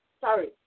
sorry